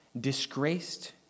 disgraced